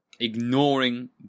Ignoring